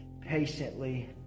patiently